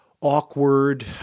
awkward